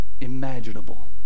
imaginable